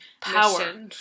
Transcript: power